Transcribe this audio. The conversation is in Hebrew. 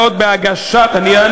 כל זאת בהגשת, אני אענה.